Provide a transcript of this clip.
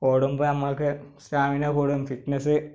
ഓടുമ്പം നമുക്ക് സ്റ്റാമിന കൂടും ഫിറ്റ്നസ്സ്